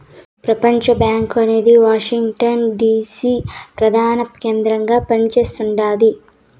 ప్రపంచబ్యాంకు అనేది Washington DC ప్రదాన కేంద్రంగా పని చేస్తుండాది